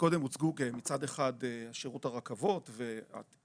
שמקודם הוצגו מצד אחד שירות הרכבות תפעוליים,